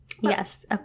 Yes